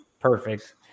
perfect